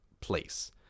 place